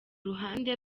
ruhande